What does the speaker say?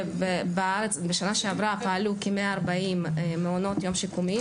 בשנה שעברה פעלו כ-140 מעונות יום שיקומיים